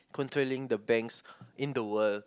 controlling the banks in the world